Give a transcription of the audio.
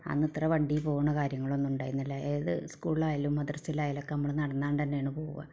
അന്നത്ര വണ്ടിയിൽ പോകുന്ന കാര്യങ്ങളൊന്നും ഉണ്ടായിരുന്നില്ല ഏത് സ്കൂളിലായാലും മദ്രസയിലായാലുമൊക്കെ നമ്മൾ നടന്നുകൊണ്ട് തന്നെയാണ് പോവുക